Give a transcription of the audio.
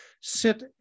sit